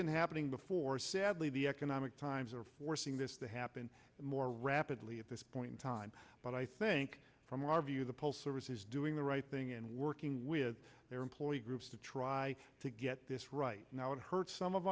been happening before sadly the economic times are forcing this to happen more rapidly at this point in time but i think from our view the pulse service is doing the right thing in working with their employee groups to try to get this right now it hurts some of